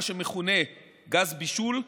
מה שמכונה גז בישול,